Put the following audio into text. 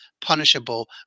punishable